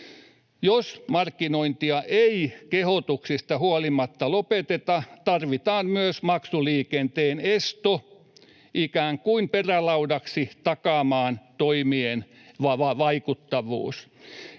Jos markkinointia ei kehotuksista huolimatta lopeteta, tarvitaan myös maksuliikenteen esto ikään kuin perälaudaksi takaamaan toimien vaikuttavuus.